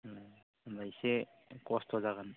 ओम होमब्ला इसे खस्थ' जागोन